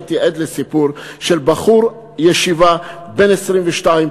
הייתי עד לסיפור של בחור ישיבה בן 22,